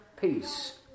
peace